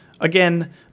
Again